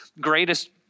greatest